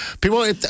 People